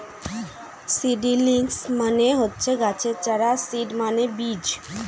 seedlings মানে হচ্ছে গাছের চারা আর সিড মানে বীজ